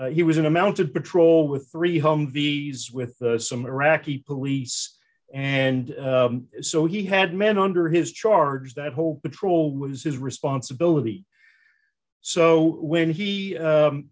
and he was an amount of patrol with three humvees with some iraqi police and so he had men under his charge that whole patrol was his responsibility so when he